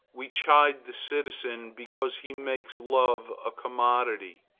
we chide the citizen because he makes love a commodity.